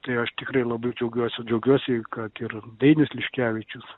tai aš tikrai labai džiaugiuosi džiaugiuosi kad ir dainius liškevičius